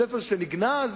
הספר שנגנז.